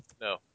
No